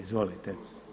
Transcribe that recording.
Izvolite.